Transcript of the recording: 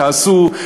תעשו,